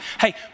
hey